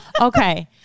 Okay